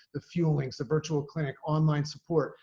the fuelings, the virtual clinic, online support,